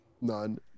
None